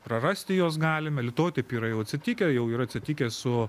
prarasti juos galime lietuvoj taip yra jau atsitikę jau yra atsitikę su